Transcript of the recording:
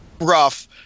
rough